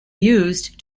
used